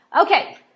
Okay